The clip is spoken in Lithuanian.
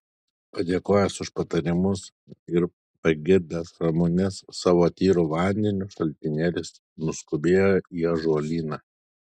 padėkojęs už patarimus ir pagirdęs ramunes savo tyru vandeniu šaltinėlis nuskubėjo į ąžuolyną